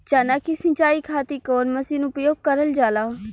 चना के सिंचाई खाती कवन मसीन उपयोग करल जाला?